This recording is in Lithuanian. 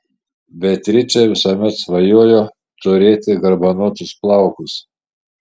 beatričė visuomet svajojo turėti garbanotus plaukus